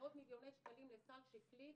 מאות מיליוני שקלים לסל שקלי,